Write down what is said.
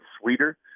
sweeter